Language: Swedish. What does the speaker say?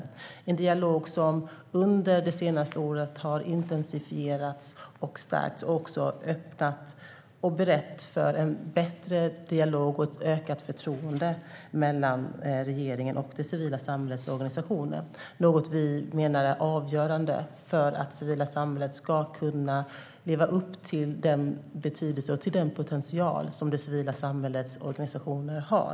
Det är en dialog som under det senaste året har intensifierats och stärkts och också öppnat och berett för en bättre dialog och ett ökat förtroende mellan regeringen och det civila samhällets organisationer, något som vi menar är avgörande för att det civila samhället ska kunna leva upp till den betydelse och den potential som det civila samhällets organisationer har.